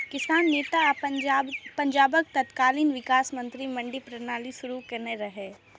किसान नेता आ पंजाबक तत्कालीन विकास मंत्री मंडी प्रणाली शुरू केने रहै